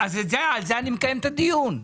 על זה אני מקיים את הדיון.